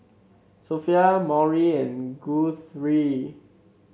Sophia Maury and Guthrie